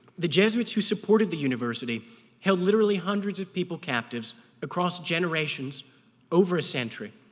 the jesuits who supported the university held literally hundreds of people captives across generations over a century.